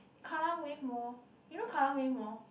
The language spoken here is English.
Kallang Wave mall you know Kallang Wave mall